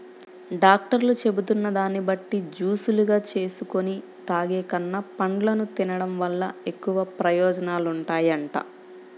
డాక్టర్లు చెబుతున్న దాన్ని బట్టి జూసులుగా జేసుకొని తాగేకన్నా, పండ్లను తిన్డం వల్ల ఎక్కువ ప్రయోజనాలుంటాయంట